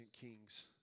Kings